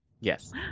Yes